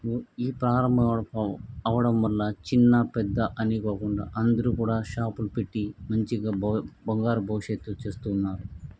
వు ఈ ప్రారంభం అవ్వడం వల్ల చిన్నా పెద్ద అని కాకుండా అందరు కూడా షాపులు పెట్టి మంచిగా బ బంగారు భవిష్యత్తు చేస్తు ఉన్నారు